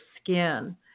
skin